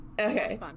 okay